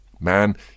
Man